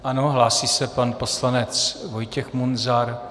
Ano, hlásí se pan poslanec Vojtěch Munzar.